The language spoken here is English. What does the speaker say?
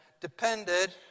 depended